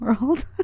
world